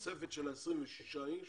שהתוספת של ה-26 איש